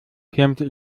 klemmte